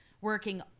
working